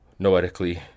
noetically